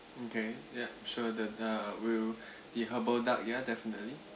okay ya sure the the we'll the herbal duck ya definitely